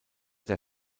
der